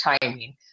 timing